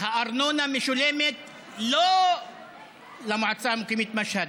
והארנונה משולמת לא למועצה המקומית משהד,